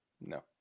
No